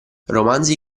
romanzi